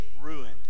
ruined